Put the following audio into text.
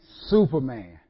Superman